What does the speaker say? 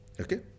Okay